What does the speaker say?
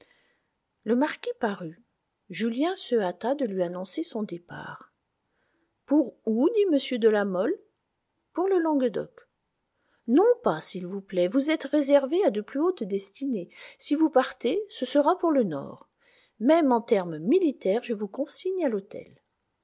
le marquis parut julien se hâta de lui annoncer son départ pour où dit m de la mole pour le languedoc non pas s'il vous plaît vous êtes réservé à de plus hautes destinées si vous partez ce sera pour le nord même en termes militaires je vous consigne à l'hôtel